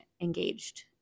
engaged